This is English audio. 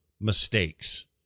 mistakes